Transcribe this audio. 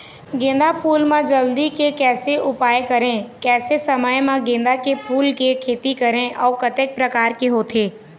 गेंदा फूल मा जल्दी के कैसे उपाय करें कैसे समय मा गेंदा फूल के खेती करें अउ कतेक प्रकार होथे?